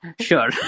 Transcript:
sure